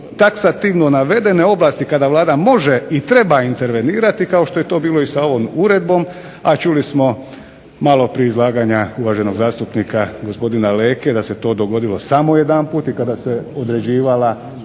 taksativno navedene oblasti kada Vlada može i treba intervenirati kao što je to bilo i sa ovom uredbom, a čuli smo maloprije izlaganja uvaženog zastupnika gospodina Leke da se to dogodilo samo jedanput i kada se određivala